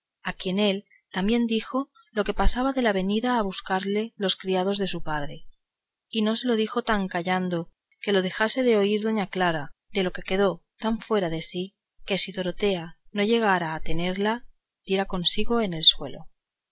a quien él también dijo lo que pasaba de la venida a buscarle los criados de su padre y no se lo dijo tan callando que lo dejase de oír clara de lo que quedó tan fuera de sí que si dorotea no llegara a tenerla diera consigo en el suelo